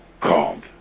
called